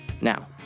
Now